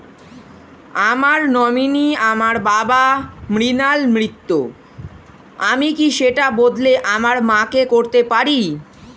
আমার নমিনি আমার বাবা, মৃণাল মিত্র, আমি কি সেটা বদলে আমার মা কে করতে পারি?